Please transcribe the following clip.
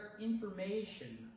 information